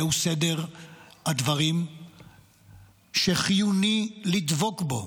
זהו סדר הדברים שחיוני לדבוק בו.